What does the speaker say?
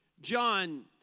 John